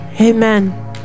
amen